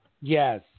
Yes